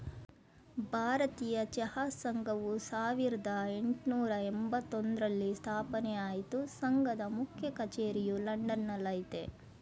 ಭಾರತೀಯ ಚಹಾ ಸಂಘವು ಸಾವಿರ್ದ ಯೆಂಟ್ನೂರ ಎಂಬತ್ತೊಂದ್ರಲ್ಲಿ ಸ್ಥಾಪನೆ ಆಯ್ತು ಸಂಘದ ಮುಖ್ಯ ಕಚೇರಿಯು ಲಂಡನ್ ನಲ್ಲಯ್ತೆ